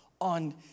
on